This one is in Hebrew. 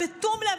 ובתום לב,